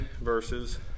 verses